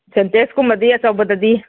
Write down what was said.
ꯁꯤꯟꯇꯦꯛꯁꯒꯨꯝꯕꯗꯤ ꯑꯆꯧꯕꯗꯗꯤ